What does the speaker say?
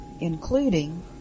including